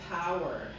power